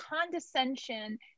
condescension